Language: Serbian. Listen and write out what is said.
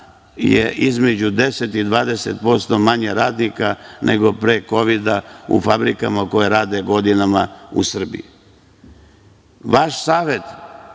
je između deset i 20% manje radnika nego pre kovida u fabrikama koje rade godinama u Srbiji. Vaš savet